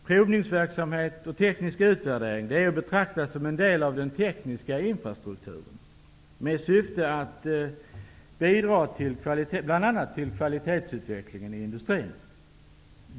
Provningsverksamhet och teknisk utvärdering är att betrakta som en del av den tekniska infrastrukturen, syftande till att bidra till bl.a.